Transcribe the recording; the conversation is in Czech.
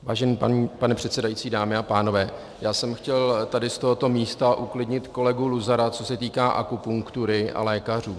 Vážený pane předsedající, dámy a pánové, já jsem chtěl tady z tohoto místa uklidnit kolegu Luzara, co se týká akupunktury a lékařů.